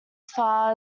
far